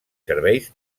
serveis